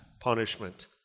punishment